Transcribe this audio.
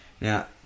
Now